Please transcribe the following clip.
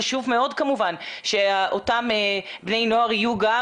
חשוב מאוד כמובן שאותם בני נוער יהיו גם